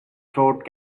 throat